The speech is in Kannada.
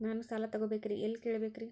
ನಾನು ಸಾಲ ತೊಗೋಬೇಕ್ರಿ ಎಲ್ಲ ಕೇಳಬೇಕ್ರಿ?